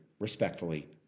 respectfully